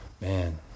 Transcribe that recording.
Man